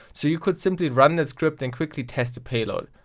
so you can simply run that script and quickly test a payload.